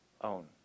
own